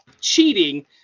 cheating